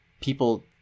people